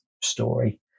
story